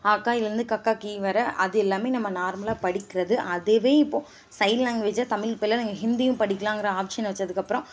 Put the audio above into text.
அ ஆ இலருந்து க கா கி வர அது எல்லாமே நம்ம நார்மலாக படிக்கிறது அதுவே இப்போது சைன் லாங்குவேஜாக தமிழ் இப்போலாம் நாங்கள் ஹிந்தியும் படிக்கலாங்கிற ஆஃப்ஷன் வச்சதுக்கப்புறம்